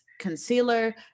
concealer